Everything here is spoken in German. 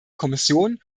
kommission